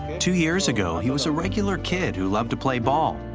two years ago, he was a regular kid who loved to play ball.